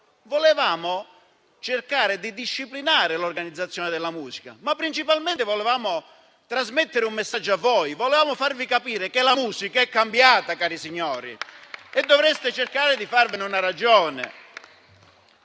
volevamo cercare di disciplinare l'organizzazione della musica e principalmente volevamo trasmettere un messaggio a voi per farvi capire che la musica è cambiata, cari signori, e dovreste cercare di farvene una ragione.